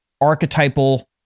archetypal